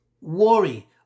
worry